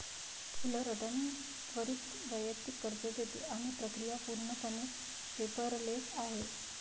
Fullerton त्वरित वैयक्तिक कर्ज देते आणि प्रक्रिया पूर्णपणे पेपरलेस आहे